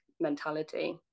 mentality